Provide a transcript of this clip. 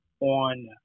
on